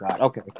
Okay